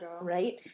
Right